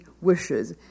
wishes